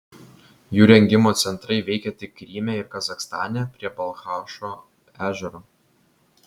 jų rengimo centrai veikė tik kryme ir kazachstane prie balchašo ežero